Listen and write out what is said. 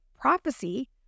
prophecy